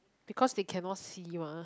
because they cannot see mah